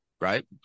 right